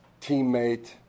teammate